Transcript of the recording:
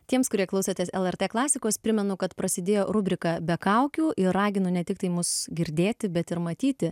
tiems kurie klausotės lrt klasikos primenu kad prasidėjo rubrika be kaukių ir raginu ne tiktai mus girdėti bet ir matyti